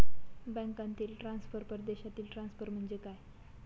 बँकांतील ट्रान्सफर, परदेशातील ट्रान्सफर म्हणजे काय?